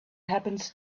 happens